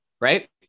right